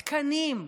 תקנים,